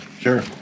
Sure